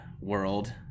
world